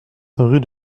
rue